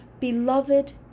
beloved